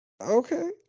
Okay